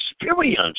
experience